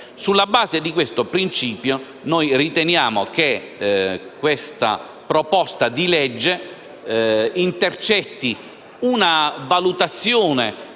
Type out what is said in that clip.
Sulla base di questo principio, noi riteniamo che questa proposta di legge intercetti una valutazione